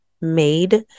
made